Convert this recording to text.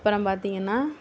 அப்புறம் பார்த்திங்கனா